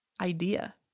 idea